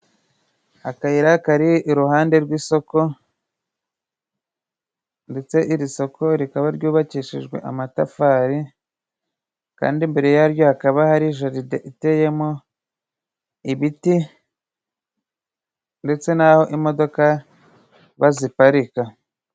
Akayira kari iruhande rw'isoko. Ndetse iri soko rikaba ryubakishijwe amatafari, kandi imbere yaryo hakaba hari jaride iteyemo ibiti. Ndetse n'aho imodoka baziparika.